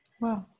Wow